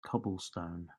cobblestone